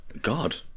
God